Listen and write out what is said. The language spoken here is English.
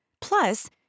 Plus